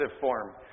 form